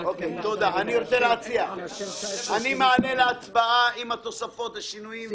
אני מעלה להצבעה עם התוספות והשינויים,